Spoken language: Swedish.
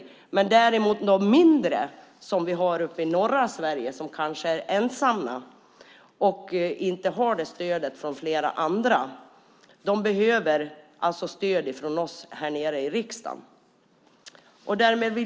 Däremot behöver de mindre som vi har i norra Sverige och som kanske är ensamma utan stöd från andra stöd från oss här i riksdagen.